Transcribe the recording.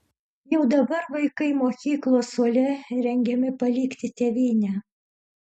jau dabar vaikai mokyklos suole rengiami palikti tėvynę